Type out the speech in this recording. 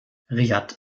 riad